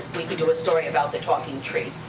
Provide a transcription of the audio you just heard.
we could do a story about the talking tree.